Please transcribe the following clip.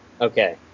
Okay